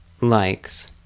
likes